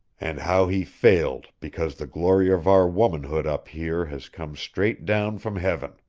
and how he failed because the glory of our womanhood up here has come straight down from heaven.